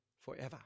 forever